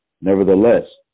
Nevertheless